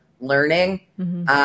learning